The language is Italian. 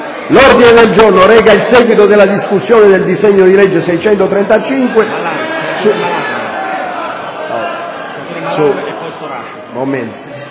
L'ordine del giorno reca il seguito della discussione del disegno di legge n. 635.